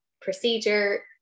procedure